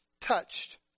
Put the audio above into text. Touched